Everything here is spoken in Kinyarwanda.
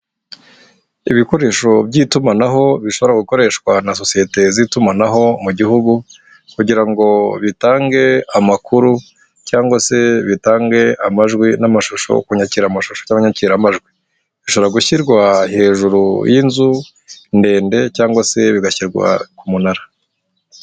Ibikoresho by'itumanaho bishobora gukoreshwa na sosiyete z'itumanaho mu gihugu kugira ngo bitange amakuru cyangwa se bitange amajwi n'amashusho ku nyakiramashusho cyangwa inyakiramajwi, bishobora gushyirwa hejuru y'inzu ndende cyangwa se bigashyirwa ku munara.